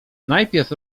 najpierw